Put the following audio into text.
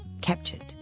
captured